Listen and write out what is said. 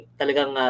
talagang